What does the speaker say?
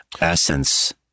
essence